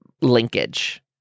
linkage